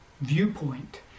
viewpoint